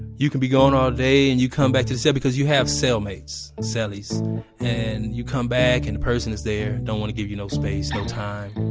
you can be going all day and you come back to the cell because you have cellmates, and so cellies and you come back and the person is there, don't want to give you no space, no and time.